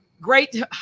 Great